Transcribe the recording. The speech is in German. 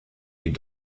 die